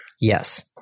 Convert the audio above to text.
Yes